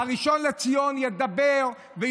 משה אבוטבול (ש"ס): הראשון לציון ידבר ויאמר